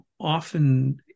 often